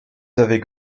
avec